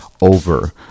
over